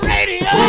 Radio